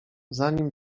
zanim